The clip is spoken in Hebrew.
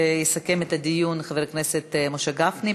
יסכם את הדיון חבר הכנסת משה גפני.